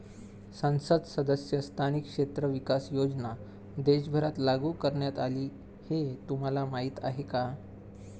संसद सदस्य स्थानिक क्षेत्र विकास योजना देशभरात लागू करण्यात आली हे तुम्हाला माहीत आहे का?